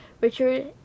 richard